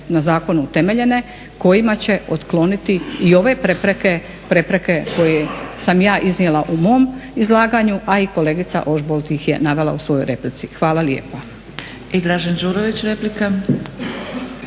na zakonu utemeljene kojima će otkloniti i ove prepreke koje sam ja iznijela u mom izlaganju a i kolegica Ožbolt ih je navela u svojoj replici. Hvala lijepa.